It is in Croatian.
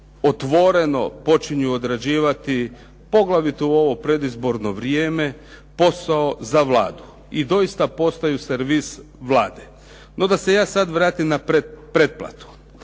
otvoreno počinju određivati poglavito u ovo predizborno vrijeme posao za Vladu. I doista postaju servis Vlade. No da se ja sada vratim na pretplatu.